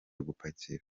gupakira